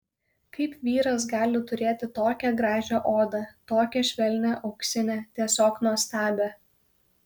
kaip vyras gali turėti tokią gražią odą tokią švelnią auksinę tiesiog nuostabią